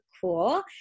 cool